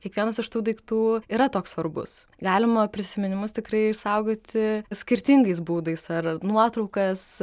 kiekvienas iš tų daiktų yra toks svarbus galima prisiminimus tikrai išsaugoti skirtingais būdais ar nuotraukas